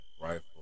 rifle